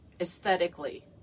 aesthetically